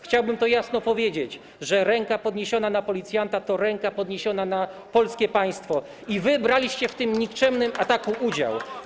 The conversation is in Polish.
Chciałbym to jasno powiedzieć, że ręka podniesiona na policjanta to ręka podniesiona na polskie państwo i wy braliście w tym nikczemnym ataku udział.